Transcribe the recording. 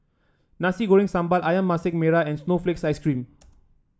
Nasi Goreng Sambal ayam Masak Merah and Snowflake Ice cream